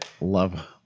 love